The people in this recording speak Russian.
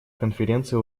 конференция